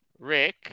Rick